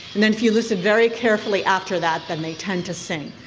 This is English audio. and then if you listen very carefully after that then they tend to sing.